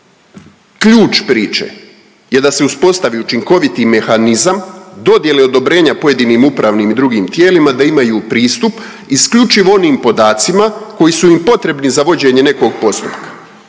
Ključ priče je da se uspostavi učinkoviti mehanizam dodjele odobrenja pojedinim upravnim i drugim tijelima da imaju pristup isključivo onim podacima koji su im potrebni za vođenje nekog postupka